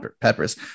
peppers